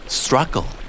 struggle